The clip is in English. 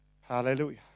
Hallelujah